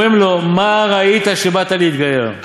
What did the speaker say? אומרים לו: מה ראית שבאת להתגייר?